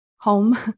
home